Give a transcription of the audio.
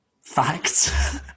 facts